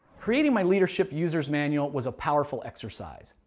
creating my leadership user's manual was a powerful exercise.